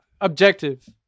objective